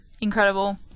incredible